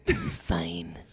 Fine